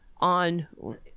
on